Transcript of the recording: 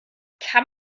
kann